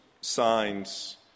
signs